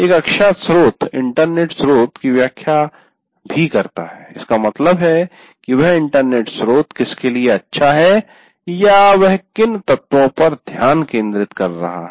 एक अच्छा स्रोत इंटरनेट स्रोत की व्याख्या भी करता है इसका मतलब है कि वह इंटरनेट स्रोत किसके लिए अच्छा है या वह किन तत्वों पर ध्यान केंद्रित कर रहा है